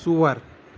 ژور